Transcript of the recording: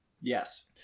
Yes